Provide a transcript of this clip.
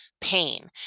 pain